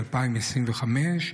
2025,